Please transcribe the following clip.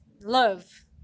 love